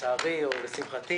לצערי או לשמחתי